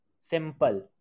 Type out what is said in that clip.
Simple